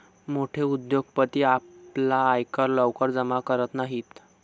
मोठे उद्योगपती आपला आयकर लवकर जमा करत नाहीत